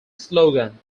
slogan